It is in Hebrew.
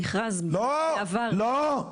המכרז --- לא, לא.